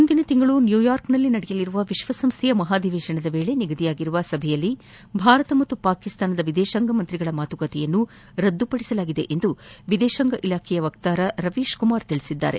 ಮುಂದಿನ ತಿಂಗಳು ನ್ಯೂಯಾರ್ಕ್ನಲ್ಲಿ ನಡೆಯಲಿರುವ ವಿಶ್ವಸಂಸ್ವೆಯ ಮಹಾ ಅಧಿವೇಶನದ ವೇಳೆ ನಿಗದಿಯಾಗಿರುವ ಸಭೆಯಲ್ಲಿ ಭಾರತ ಮತ್ನು ಪಾಕಿಸ್ನಾನ ವಿದೇಶಾಂಗ ಸಚಿವರ ಮಾತುಕತೆಯನ್ನು ರದ್ನುಪಡಿಸಲಾಗಿದೆ ಎಂದು ವಿದೇಶಾಂಗ ಇಲಾಖೆ ವಕ್ತಾರ ರವೀಶ್ಕುಮಾರ್ ತಿಳಿಸಿದ್ದಾರೆ